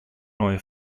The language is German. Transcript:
neue